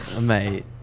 mate